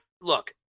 Look